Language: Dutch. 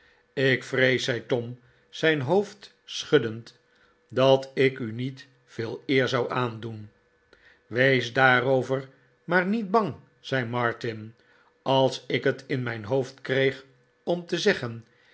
ik vrees zei tom zijn hoofd schuddend dat ik u niet veel eer zou aandoen wees daaroyer maar niet bang zei martin als ik het in mijn hoofd kreeg om te zeggen